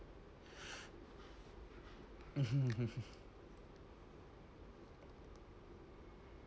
mmhmm mmhmm